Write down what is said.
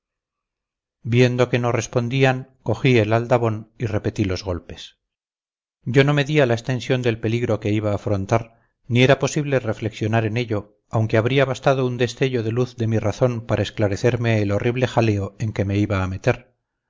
viendo que no respondían cogí el aldabón y repetí los golpes yo no medía la extensión del peligro que iba a afrontar ni era posible reflexionar en ello aunque habría bastado un destello de luz de mi razón para esclarecerme el horrible jaleo en que me iba a meter